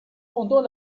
pendant